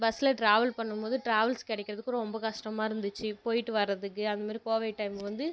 பஸ்ஸில் ட்ராவல் பண்ணும் போதும் ட்ராவல்ஸ் கிடைக்கிறதுக்கு ரொம்ப கஷ்டமாக இருந்துச்சு போய்விட்டு வரதுக்கு அது மாரி கோவிட் டைம் வந்து